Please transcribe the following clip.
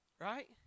Right